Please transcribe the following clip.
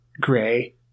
gray